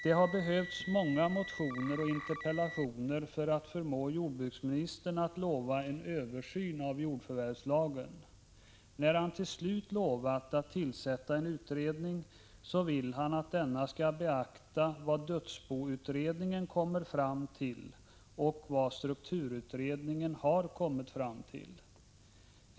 Det har behövts många motioner och interpellationer för att förmå jordbruksministern att utlova en översyn av jordförvärvslagen. När han nu till slut har lovat tillsätta en utredning, vill han att denna skall beakta vad dödsboutredningen kommer fram till och vad strukturutredningen har kommit fram till.